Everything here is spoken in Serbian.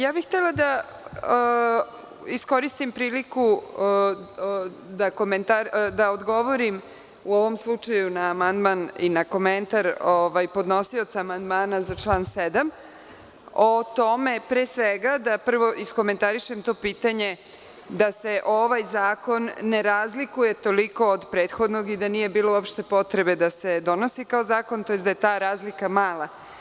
Ja bih htela da iskoristim priliku da odgovorim u ovom slučaju na amandman i na komentar podnosioca amandmana za član 7. Pre svega bih da iskomentarišem to pitanje da se ovaj zakon ne razlikuje toliko od prethodnog i da nije bilo uopšte potrebe da se donosi kao zakon, tj. da je ta razlika mala.